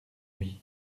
lui